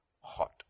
hot